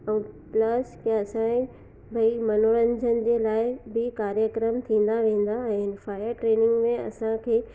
ऐं प्लस के असांजे भई मनोरंजन जे लाइ बि कार्यक्रम थींदा वेंदा आहिनि फायर ट्रेनिंग में असांखे